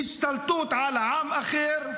השתלטות על עם אחר,